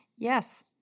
Yes